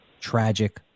tragic